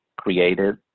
created